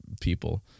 people